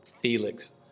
Felix